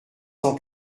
cent